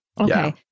Okay